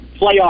playoff